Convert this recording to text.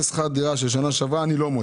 שכר דירה של שנה שעברה ואני לא מוצא.